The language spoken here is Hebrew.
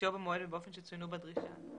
ימציאו במועד ובאופן שצוינו בדרישה.